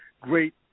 great